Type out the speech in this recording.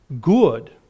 good